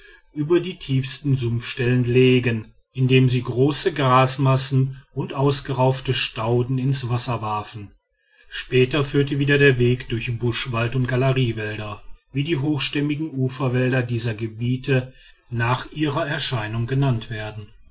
über die tiefsten sumpfstellen legen indem sie große grasmassen und ausgeraufte stauden ins wasser warfen später führte wieder der weg durch buschwald und galeriewälder wie die hochstämmigen uferwälder dieser gebiete nach ihrer erscheinung genannt werden